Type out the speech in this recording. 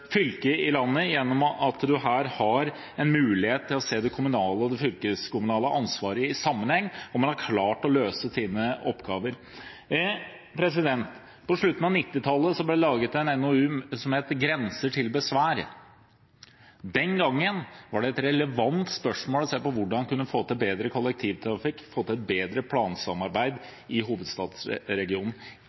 fylket i landet – nemlig at en her har en mulighet til å se det kommunale og det fylkeskommunale ansvaret i sammenheng, og man har klart å løse sine oppgaver. På slutten av 1990-tallet ble det laget en NOU som het «Grenser til besvær». Den gangen var det et relevant spørsmål å se på hvordan en kunne få til bedre kollektivtrafikk, få til et bedre plansamarbeid i